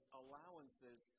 allowances